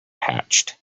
hatched